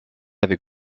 avec